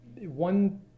one